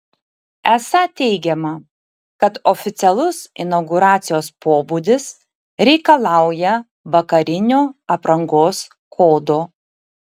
esą teigiama kad oficialus inauguracijos pobūdis reikalauja vakarinio aprangos kodo